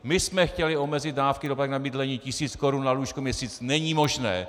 My jsme chtěli omezit dávky doplatek na bydlení tisíc korun na lůžko/měsíc není možné!